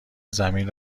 زمین